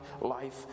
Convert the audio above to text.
life